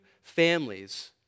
families